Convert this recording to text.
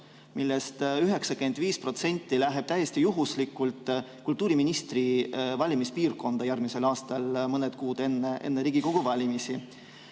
millest 95% läheb täiesti juhuslikult kultuuriministri valimispiirkonda järgmisel aastal, mõned kuud enne Riigikogu valimisi.